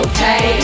Okay